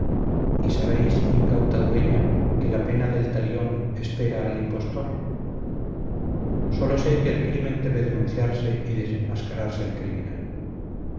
sabéis incauta dueña que la pena del talión espera al impostor sólo sé que el crimen debe denunciarse y desenmascararse al criminal